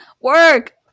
work